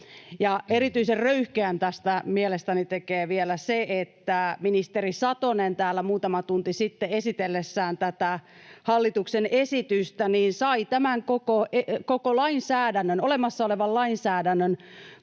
Erityisen röyhkeän tästä mielestäni tekee vielä se, että ministeri Satonen täällä muutama tunti sitten esitellessään tätä hallituksen esitystä sai tämän koko olemassa olevan lainsäädännön